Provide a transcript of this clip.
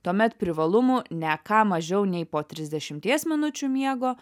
tuomet privalumų ne ką mažiau nei po trisdešimties minučių miego